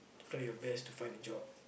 try your best to find a job